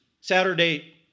Saturday